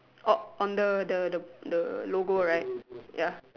oh on the the the the logo right ya